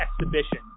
Exhibition